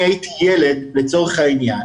אם אני הייתי ילד, לצורך העניין,